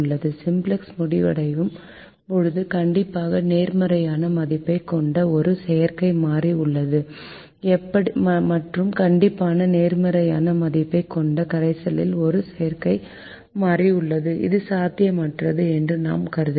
simplex முடிவடையும் போது கண்டிப்பாக நேர்மறையான மதிப்பைக் கொண்ட ஒரு செயற்கை மாறி உள்ளது மற்றும் கண்டிப்பான நேர்மறையான மதிப்பைக் கொண்ட கரைசலில் ஒரு செயற்கை மாறி உள்ளது அது சாத்தியமற்றது என்று நாம் கூறுகிறோம்